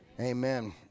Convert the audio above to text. amen